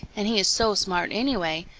and he is so smart anyway,